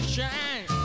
shine